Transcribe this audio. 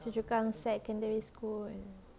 choa chu kang secondary school